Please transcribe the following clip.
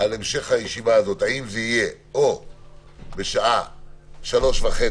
על המשך הישיבה הזו אם זה יהיה בשעה 15:30,